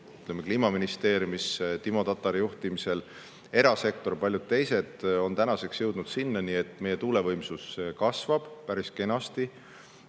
Kliimaministeeriumis Timo Tatari juhtimisel, erasektor ja paljud teised on tänaseks saavutanud selle, et meie tuulevõimsus kasvab päris kenasti.